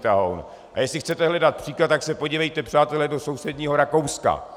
A jestli chcete hledat příklad, tak se podívejte, přátelé, do sousedního Rakouska.